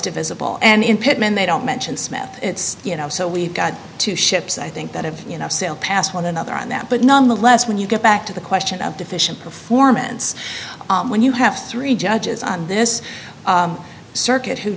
divisible and in pittman they don't mention smith you know so we've got two ships i think that have you know sailed past one another on that but nonetheless when you get back to the question of deficient performance when you have three judges on this circuit who